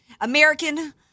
American